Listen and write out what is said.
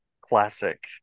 classic